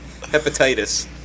hepatitis